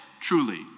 truly